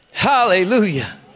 hallelujah